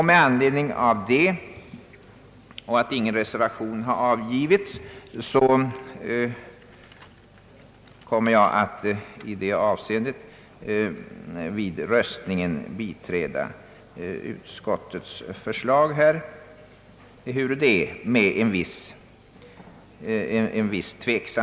Med anledning härav och eftersom ingen reservation har avgivits kommer jag vid röstningen att i detta avseende biträda utskottets förslag, ehuru med en viss tvekan.